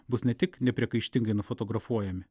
bus ne tik nepriekaištingai nufotografuojami